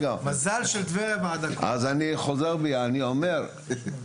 אני יכול להגיד לך כמנכ״ל עירייה לשעבר שהם עושים עבודה נהדרת.